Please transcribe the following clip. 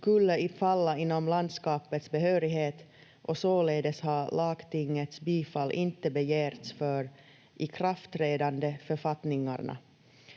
skulle falla inom landskapets behörighet, och således har lagtingets bifall inte begärts för ikraftträdandeförfattningarna.